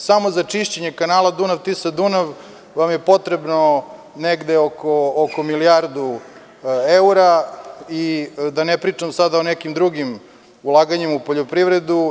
Samo za čišćenje Kanala Dunav-Tisa-Dunav vam je potrebno negde oko milijardu evra i da ne pričam sada o nekim drugim ulaganjima u poljoprivredu.